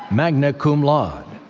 magna cum laude.